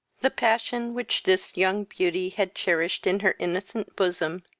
the passion, which this young beauty had cherished in her innocent bosom,